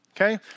okay